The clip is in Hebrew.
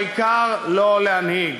העיקר לא להנהיג